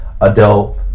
adult